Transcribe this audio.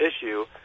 issue